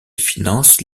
finance